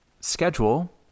schedule